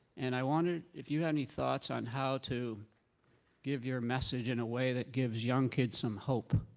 and i wondered if you had any thoughts on how to give your message in a way that gives young kids some hope.